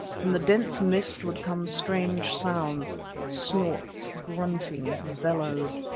from the dense mist would come strange sounds snorts, gruntings, bellows,